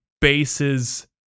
bases